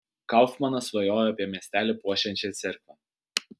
kaufmanas svajojo apie miestelį puošiančią cerkvę